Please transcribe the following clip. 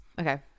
okay